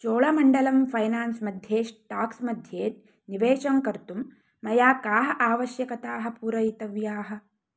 Cholamandalam finance मध्ये stocks मध्ये निवेशं कर्तुं मया काः आवश्यकताः पूरयितव्याः